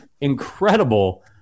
incredible